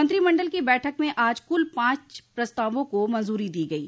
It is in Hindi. मंत्रिमंडल की बैठक में आज कुल पांच प्रस्तावों को मंजूरी दी गयी